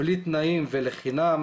בלי תנאים ולחינם,